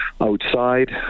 outside